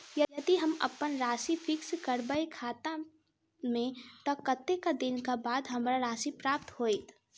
यदि हम अप्पन राशि फिक्स करबै खाता मे तऽ कत्तेक दिनक बाद हमरा राशि प्राप्त होइत?